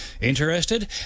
Interested